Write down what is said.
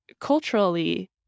culturally